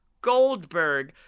Goldberg